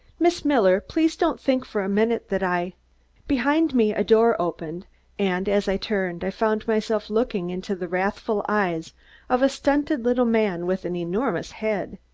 miss miller, please don't think for a minute that i behind me a door opened and, as i turned, i found myself looking into the wrathful eyes of a stunted little man with an enormous head.